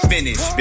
Finish